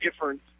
different